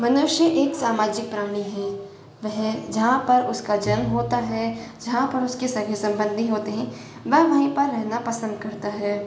मनुष्य एक सामाजिक प्राणी है वह जहाँ पर उसका जन्म होता है जहाँ पर उसके सगे संबंधी होते हैं वह वहीं पर रहना पसंद करता है